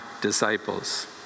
disciples